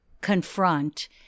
confront